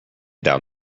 down